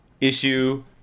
issue